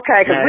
Okay